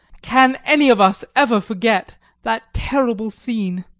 can any of us ever forget that terrible scene!